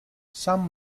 san